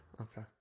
Okay